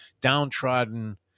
downtrodden